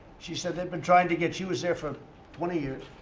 she said, they've been trying to get she was there for twenty years.